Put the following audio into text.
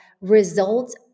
results